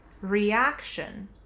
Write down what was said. reaction